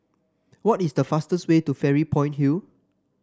what is the fastest way to Fairy Point Hill